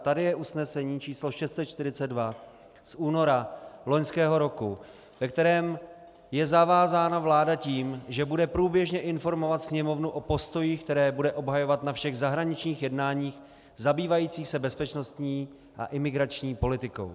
Tady je usnesení číslo 642 z února loňského roku, ve kterém je zavázána vláda tím, že bude průběžně informovat Sněmovnu o postojích, které bude obhajovat na všech zahraničních jednáních zabývajících se bezpečnostní a imigrační politikou.